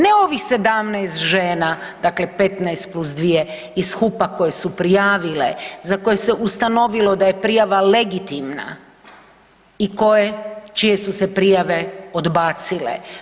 Ne ovih 17 žena, dakle 15 + 2 iz HUP-a koje su prijavile, za koje se ustanovilo da je prijava legitimna i koje, čije su se prijave odbacile.